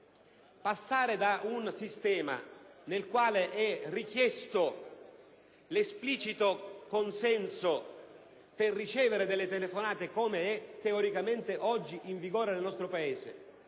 passare da un sistema nel quale è richiesto l'esplicito consenso per ricevere delle telefonate, come quello teoricamente in vigore oggi nel nostro Paese,